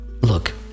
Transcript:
Look